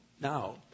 now